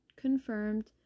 confirmed